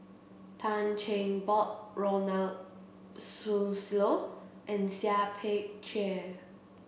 Tan Cheng Bock Ronald Susilo and Seah Peck Ceah